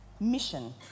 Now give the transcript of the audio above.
mission